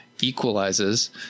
equalizes